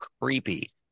Creepy